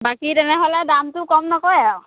বাকী তেনেহ'লে দামটো কম নকৰে আৰু